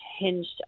hinged